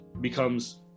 becomes